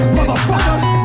Motherfuckers